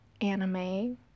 anime